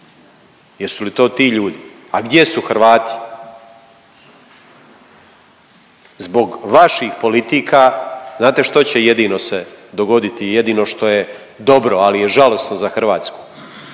jesu li to ti ljudi? A gdje su Hrvati? Zbog vaših politika znate što će jedino se dogoditi, jedino što je dobro, ali je žalosno za Hrvatsku?